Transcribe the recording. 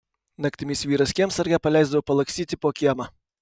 naktimis vyras kiemsargę paleisdavo palakstyti po kiemą